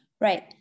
Right